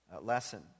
lesson